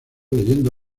leyendo